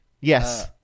yes